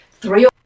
three